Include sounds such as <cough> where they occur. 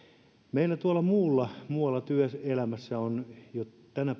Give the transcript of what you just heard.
meillä muualla työelämässä on tänä <unintelligible>